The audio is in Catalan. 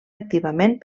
activament